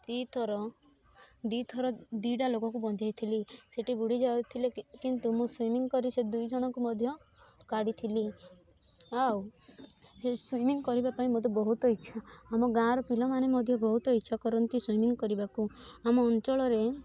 ଦୁଇ ଥର ଦୁଇ ଥର ଦୁଇଟା ଲୋକକୁ ବଞ୍ଚେଇ ଥିଲି ସେଇଠି ବୁଡ଼ି ଯାଉଥିଲେ କିନ୍ତୁ ମୁଁ ସୁଇମିଂ କରି ସେ ଦୁଇଜଣଙ୍କୁ ମଧ୍ୟ କାଢ଼ିଥିଲି ଆଉ ସେ ସୁଇମିଂ କରିବା ପାଇଁ ମୋତେ ବହୁତ ଇଚ୍ଛା ଆମ ଗାଁର ପିଲାମାନେ ମଧ୍ୟ ବହୁତ ଇଚ୍ଛା କରନ୍ତି ସୁଇମିଂ କରିବାକୁ ଆମ ଅଞ୍ଚଳରେ